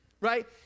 right